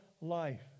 life